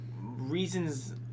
reasons